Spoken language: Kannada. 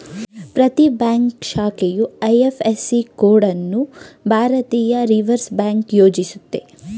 ಪ್ರತಿ ಬ್ಯಾಂಕ್ ಶಾಖೆಯು ಐ.ಎಫ್.ಎಸ್.ಸಿ ಕೋಡ್ ಅನ್ನು ಭಾರತೀಯ ರಿವರ್ಸ್ ಬ್ಯಾಂಕ್ ನಿಯೋಜಿಸುತ್ತೆ